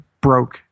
broke